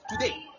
today